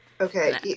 okay